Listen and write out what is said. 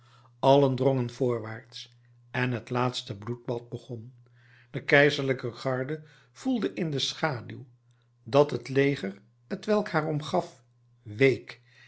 allen drongen voorwaarts en het laatste bloedbad begon de keizerlijke garde voelde in de schaduw dat het leger t welk haar omgaf week